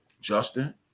Justin